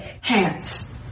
hands